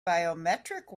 biometric